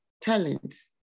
talents